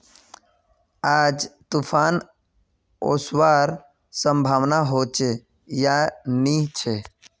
आज तूफ़ान ओसवार संभावना होचे या नी छे?